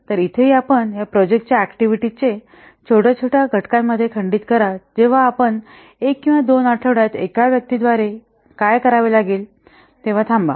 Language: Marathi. तर इथेही आपण या प्रोजेक्ट च्या ऍक्टिव्हिटीज चे छोट्या छोट्या घटकांमध्ये खंडित करा जेव्हा आपण एक किंवा दोन आठवड्यांत एका व्यक्तीद्वारे काय करावे लागेल तेव्हा थांबा